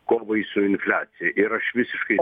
kovai su infliacija ir aš visiškai